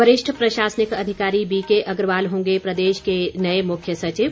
वरिष्ठ प्रशासनिक अधिकारी बीके अग्रवाल होंगे प्रदेश के नए मुख्य सचिव